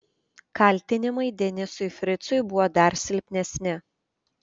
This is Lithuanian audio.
kaltinimai denisui fricui buvo dar silpnesni